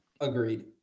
Agreed